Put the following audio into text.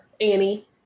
Annie